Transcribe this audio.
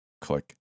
click